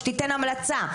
שתיתן המלצה.